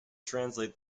translate